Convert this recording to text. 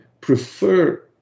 prefer